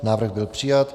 Návrh byl přijat.